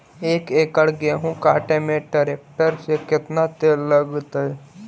एक एकड़ गेहूं काटे में टरेकटर से केतना तेल लगतइ?